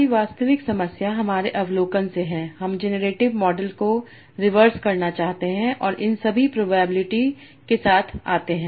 हमारी वास्तविक समस्या हमारे अवलोकन से है हम जेनेरेटिव मॉडल को रिवर्स करना चाहते हैं और इन सभी प्रोबेबिलिटी के साथ आते हैं